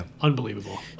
Unbelievable